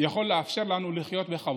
יכול לאפשר לנו לחיות בכבוד.